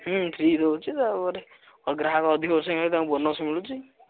ହୁଁ ଫ୍ରି ରହୁଛି ତାପରେ ଗ୍ରାହକ ଅଧିକ ସାଙ୍ଗରେ ତାଙ୍କୁ ବୋନସ୍ ମିଳୁଛି